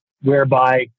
whereby